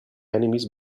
enemies